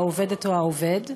העובדת או העובד,